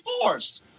force